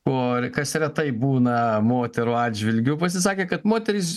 o kas retai būna moterų atžvilgiu pasisakė kad moterys